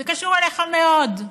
זה קשור אליך מאוד,